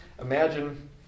imagine